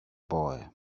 boy